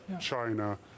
China